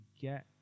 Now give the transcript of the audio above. get